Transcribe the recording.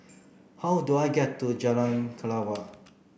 how do I get to Jalan Kelawar